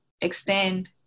extend